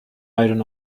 iron